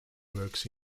works